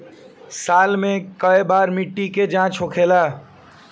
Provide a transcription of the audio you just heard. साल मे केए बार मिट्टी के जाँच होखेला?